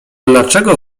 dlaczego